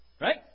right